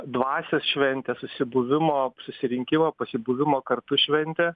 dvasios šventė susibuvimo susirinkimo pasibuvimo kartu šventė